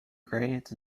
grades